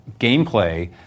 gameplay